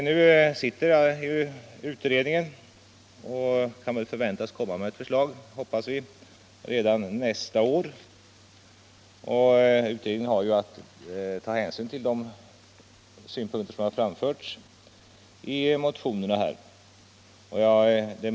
Vi hoppas att utredningen kan komma med ett förslag redan nästa år. Utredningen har att ta hänsyn till de synpunkter som framförts i motionerna.